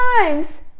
times